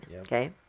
Okay